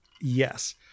Yes